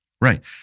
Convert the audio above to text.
Right